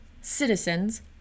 citizens